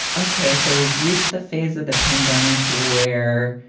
ok, so we've reached the phase of the pandemic where.